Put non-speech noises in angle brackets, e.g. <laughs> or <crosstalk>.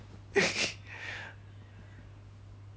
<laughs>